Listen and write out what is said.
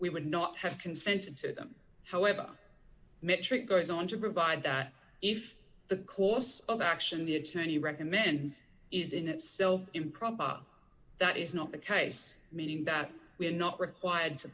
we would not have consented to them however metric goes on to provide that if the course of action the attorney recommends is in itself improper that is not the case meaning that we are not required to